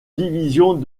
divisions